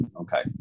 Okay